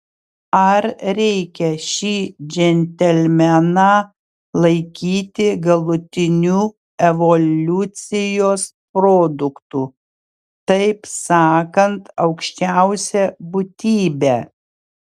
ar reikia šį džentelmeną laikyti galutiniu evoliucijos produktu taip sakant aukščiausia būtybe